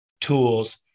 tools